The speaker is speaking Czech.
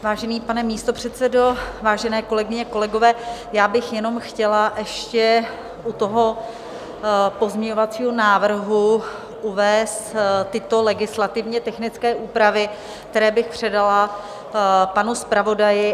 Vážený pane místopředsedo, vážené kolegyně, kolegové, já bych jenom chtěla ještě u toho pozměňovacího návrhu uvést tyto legislativně technické úpravy, které bych předala panu zpravodaji.